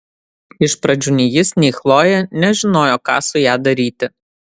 iš pradžių nei jis nei chlojė nežinojo ką su ja daryti